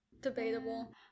Debatable